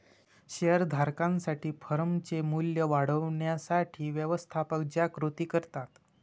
share धारकांसाठी फर्मचे मूल्य वाढवण्यासाठी व्यवस्थापक ज्या कृती करतात